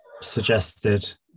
suggested